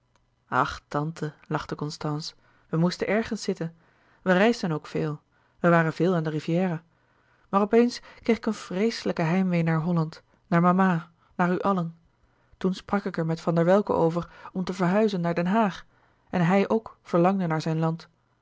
ach tante lachte constance we moesten ergens zitten we reisden ook veel we waren veel aan de riviera maar op eens kreeg ik een vreeslijk heimwee naar holland naar mama naar u allen toen sprak ik er met van der welcke over om te verhuizen naar den haag en hij ook verlangde naar zijn land